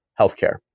healthcare